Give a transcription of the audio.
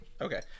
Okay